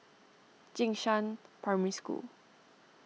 Jing Shan Primary School